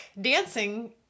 dancing